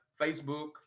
Facebook